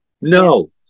no